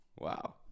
Wow